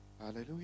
Hallelujah